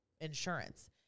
insurance